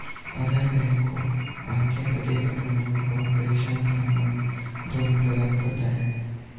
आधार bank को आपके पते का प्रमाण और पहचान प्रमाण दोनों प्रदान करता है